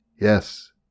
Yes